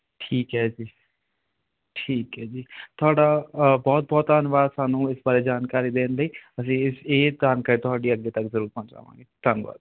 ਠੀਕ ਹੈ ਜੀ ਠੀਕ ਹੈ ਜੀ ਤੁਹਾਡਾ ਬਹੁਤ ਬਹੁਤ ਧੰਨਵਾਦ ਸਾਨੂੰ ਇਸ ਬਾਰੇ ਜਾਣਕਾਰੀ ਦੇਣ ਲਈ ਅਸੀਂ ਇਸ ਇਹ ਜਾਣਕਾਰੀ ਤੁਹਾਡੀ ਅੱਗੇ ਤੱਕ ਜ਼ਰੂਰ ਪਹੁੰਚਾਵਾਂਗੇ ਧੰਨਵਾਦ